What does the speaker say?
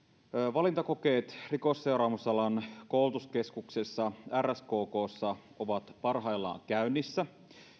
valintakokeet rikosseuraamusalan koulutuskeskuksessa rskkssa rskkssa ovat parhaillaan käynnissä